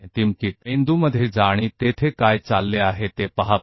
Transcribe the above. मस्तिष्क अपने रास्ते पर जा रहा है और देखें कि वहां क्या हो रहा है